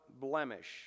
blemish